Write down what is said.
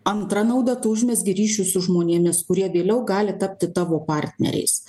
antra nauda tu užmezgi ryšius su žmonėmis kurie vėliau gali tapti tavo partneriais